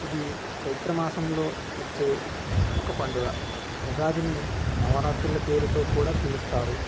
ఇది చైత్ర మాసంలో వచ్చే ఒక పండుగ ఉగాదిని నవరాత్రుల పేరుతో కూడా పిలుస్తారు